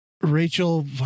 Rachel